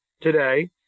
today